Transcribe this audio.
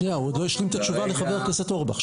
הוא עוד לא השלים את התשובה לחבר הכנסת אורבך.